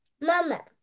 Mama